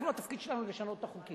אנחנו, התפקיד שלנו הוא לשנות את החוקים,